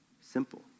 Simple